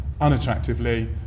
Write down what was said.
unattractively